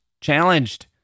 challenged